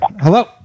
Hello